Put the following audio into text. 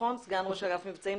סגן ראש אגף מבצעים,